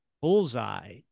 bullseye